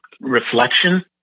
reflection